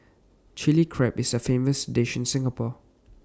Chilli Crab is A famous dish in Singapore